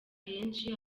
henshi